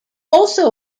also